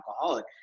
alcoholic